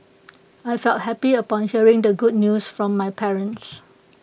I felt happy upon hearing the good news from my parents